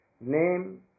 Name